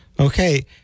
Okay